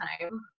time